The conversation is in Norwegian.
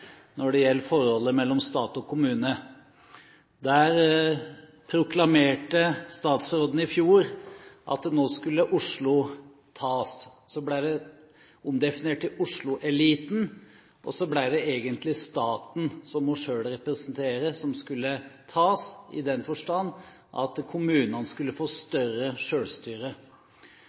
når det gjelder forholdet mellom stat og kommune. Der proklamerte statsråden i fjor at nå skulle Oslo tas. Så ble det omdefinert til Oslo-eliten, og så ble det egentlig staten, som hun selv representerer, som skulle tas, i den forstand at kommunene skulle få større